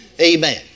Amen